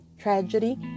tragedy